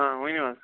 آ ؤنِو حظ